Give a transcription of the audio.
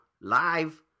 live